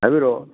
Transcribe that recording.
ꯍꯥꯏꯕꯤꯔꯛꯑꯣ